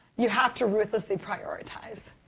you have to ruthlessly prioritize.